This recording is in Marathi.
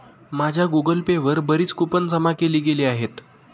माझ्या गूगल पे वर बरीच कूपन जमा केली गेली आहेत